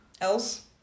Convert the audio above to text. else